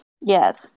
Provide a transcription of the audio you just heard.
Yes